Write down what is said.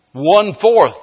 One-fourth